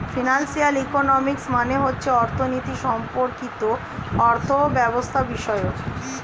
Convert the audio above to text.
financial economics মানে হচ্ছে অর্থনীতি সম্পর্কিত অর্থব্যবস্থাবিষয়ক